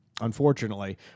unfortunately